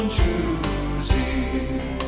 choosing